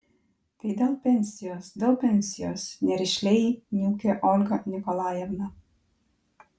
tai dėl pensijos dėl pensijos nerišliai niūkė olga nikolajevna